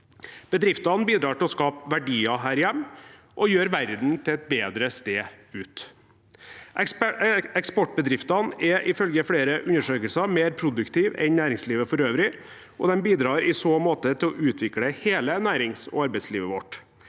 Bedriftene bidrar til å skape verdier her hjemme og gjøre verden til et bedre sted ute. Eksportbedriftene er ifølge flere undersøkelser mer produktive enn næringslivet for øvrig, og de bidrar i så måte til å utvikle hele nærings- og arbeidslivet vårt.